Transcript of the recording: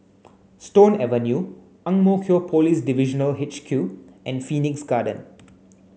Stone Avenue Ang Mo Kio Police Divisional H Q and Phoenix Garden